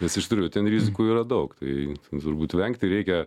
nes iš tikrųjų ten rizikų yra daug tai turbūt vengti reikia